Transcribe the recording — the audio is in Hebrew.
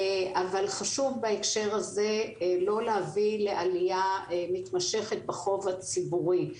אבל חשוב בהקשר הזה לא להביא לעלייה מתמשכת בחוב הציבורי.